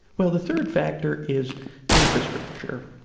well the third factor is infrastructure,